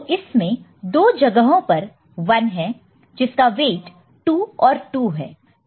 तो इसमें दो जगहों पर 1 है जिसका वेट 2 और 2 है